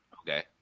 Okay